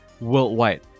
worldwide